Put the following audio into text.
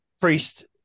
Priest